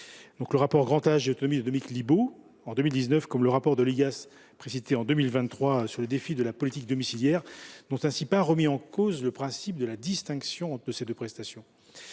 concertation Grand Âge et autonomie, remis par Dominique Libault en 2019, et le rapport de l’Igas de 2023 sur les défis de la politique domiciliaire n’ont ainsi pas remis en cause le principe de la distinction entre ces deux prestations.